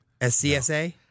SCSA